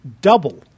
double